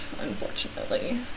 unfortunately